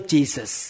Jesus